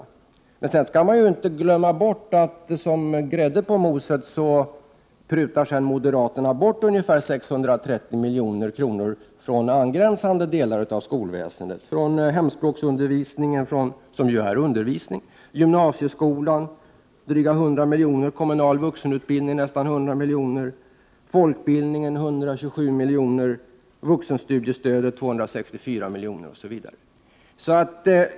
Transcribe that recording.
I det sammanhanget får man dock inte glömma bort att som grädde på moset prutar moderaterna ungefär 630 milj.kr. på angränsande delar av skolväsendet — på hemspråksundervisningen, som ju är undervisning, dryga 100 milj.kr. på gymnasieskolan, nästan 100 milj.kr. på kommunal vuxenutbildning, 127 milj.kr. på folkbildningen, 264 milj.kr. på vuxenstudiestödet osv.